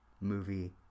movie